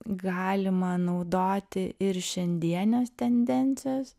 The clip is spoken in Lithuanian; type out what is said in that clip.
galima naudoti ir šiandienes tendencijas